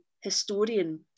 historian